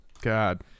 god